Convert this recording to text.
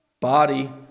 body